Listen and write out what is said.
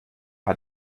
hat